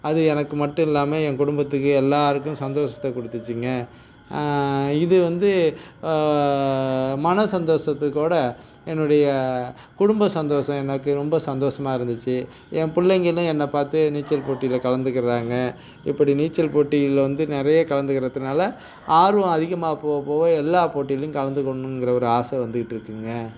அது எனக்கு மட்டும் இல்லாமல் என் குடும்பத்துக்கு எல்லாருக்கும் சந்தோஷத்தை கொடுத்துச்சிங்க இது வந்து மன சந்தோஷத்துக்கூட என்னுடைய குடும்ப சந்தோஷம் எனக்கு ரொம்ப சந்தோஷமாக இருந்துச்சு என் பிள்ளைங்களும் என்னை பார்த்து நீச்சல் போட்டியில கலந்துக்குறாங்க இப்படி நீச்சல் போட்டியில் வந்து நிறைய கலந்துக்கறதனால ஆர்வம் அதிகமாக போக போக எல்லா போட்டியிலையும் கலந்துக்கணுங்கிற ஒரு ஆசை வந்துகிட்டு இருக்குங்க